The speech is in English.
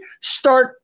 start